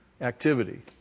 activity